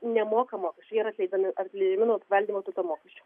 nemoka mokesčių jie yra atleidami taleidžiami nuo paveldėjimo turto mokesčių